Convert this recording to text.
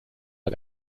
auf